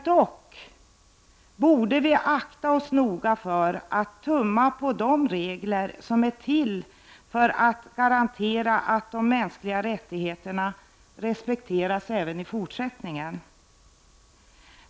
Dock borde vi akta oss för att tumma på de regler som är till för att garantera att de mänskliga rättigheterna respekteras även i fortsättningen.